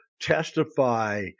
testify